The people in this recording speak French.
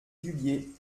dubié